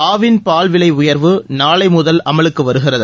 ஆவின் பால் விலை உயர்வு நாளை முதல் அமலுக்கு வருகிறது